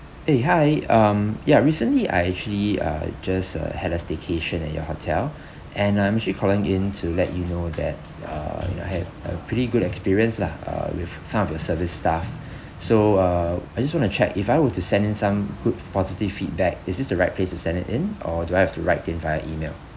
eh hi um ya recently I actually uh just uh had a staycation at your hotel and I'm actually calling in to let you know that uh you know I had a pretty good experience lah uh with some of your service staff so uh I just want to check if I were to send in some good positive feedback is this the right place to send it in or do I have to write in via email